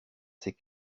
ces